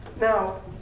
Now